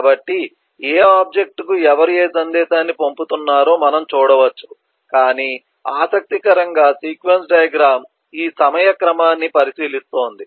కాబట్టి ఏ ఆబ్జెక్ట్ కు ఎవరు ఏ సందేశాన్ని పంపుతున్నారో మనం చూడవచ్చు కాని ఆసక్తికరంగా సీక్వెన్స్ డయాగ్రమ్ ఈ సమయ క్రమాన్ని పరిశీలిస్తోంది